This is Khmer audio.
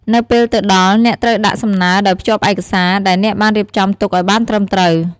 នៅពេលទៅដល់ អ្នកត្រូវដាក់សំណើដោយភ្ជាប់ឯកសារ ដែលអ្នកបានរៀបចំទុកឲ្យបានត្រឹមត្រូវ។